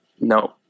No